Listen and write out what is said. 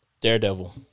Daredevil